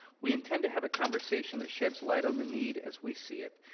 we intend to have a conversation that sheds light on the need, as we see it,